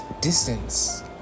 distance